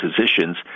positions